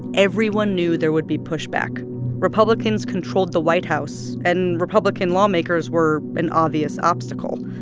everyone knew there would be pushback republicans controlled the white house, and republican lawmakers were an obvious obstacle.